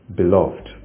beloved